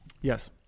Yes